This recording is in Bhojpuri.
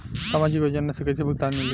सामाजिक योजना से कइसे भुगतान मिली?